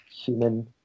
human